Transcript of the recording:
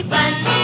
Bunch